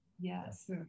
Yes